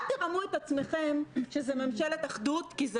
אל תרמו את עצמכם שזה ממשלת אחדות כי זה